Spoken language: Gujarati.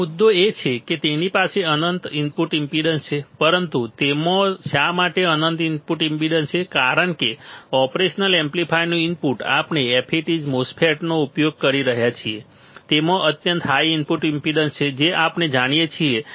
હવે મુદ્દો એ છે કે તેની પાસે અનંત ઇનપુટ ઈમ્પેડન્સ છે પરંતુ તેમાં શા માટે અનંત ઇનપુટ ઈમ્પેડન્સ છે કારણ કે ઓપરેશનલ એમ્પ્લીફાયરનું ઇનપુટ આપણે FETs MOSFETs નો ઉપયોગ કરી રહ્યા છીએ તેમાં અત્યંત હાઈ ઇનપુટ ઈમ્પેડન્સ છે જે આપણે જાણીએ છીએ